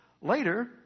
Later